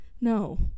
no